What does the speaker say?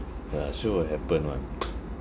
eh ya sure will happen [one]